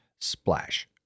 Splash